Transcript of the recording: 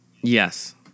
Yes